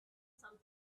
some